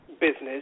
business